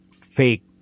fake